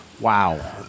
Wow